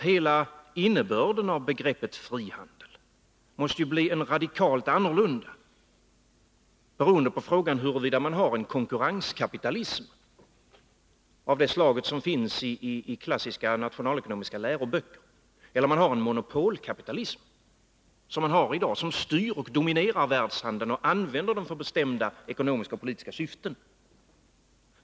Hela innebörden av begreppet frihandel måste ju bli radikalt annorlunda, beroende på huruvida man har en konkurrenskapitalism av det slag som finns i klassiska nationalekonomiska läroböcker eller en monopolkapitalism, som man har i dag och som styr och dominerar världshandeln och använder den för bestämda ekonomiska och politiska syften.